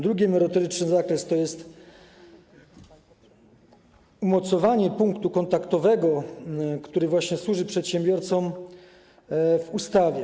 Drugi merytoryczny zakres to jest umocowanie punktu kontaktowego, który służy przedsiębiorcom, w ustawie.